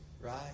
right